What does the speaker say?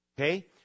Okay